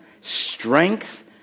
strength